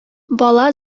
бала